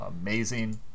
amazing